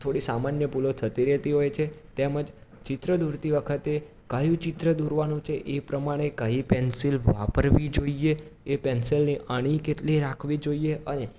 થોડી સામાન્ય ભૂલો થતી રહેતી હોય છે તેમજ ચિત્ર દોરતી વખતે કયું ચિત્ર દોરવાનું છે એ પ્રમાણે કઈ પેન્સિલ વાપરવી જોઈએ એ પેન્સિલની અણી કેટલી રાખવી જોઈએ અને